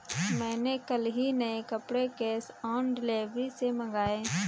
मैंने कल ही नए कपड़े कैश ऑन डिलीवरी से मंगाए